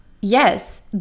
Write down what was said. Yes